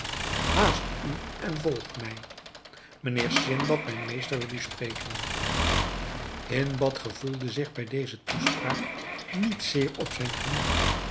haast u en volg mij mijnheer sindbad mijn meester wil u spreken hindbad gevoelde zich bij deze toespraak niet zeer op zijn gemak